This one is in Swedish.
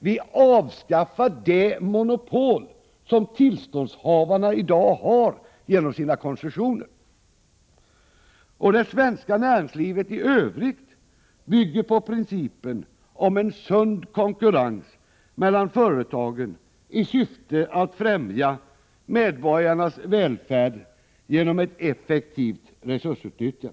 Vi avskaffar det monopol som tillståndshavarna i dag har genom sina koncessioner. Det svenska näringslivet i övrigt bygger på principen om sund konkurrens mellan företagen i syfte att främja medborgarnas välfärd genom effektivt resursutnyttjande.